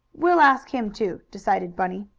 we'll ask him, too, decided bunny.